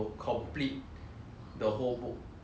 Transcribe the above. it took me like 三个月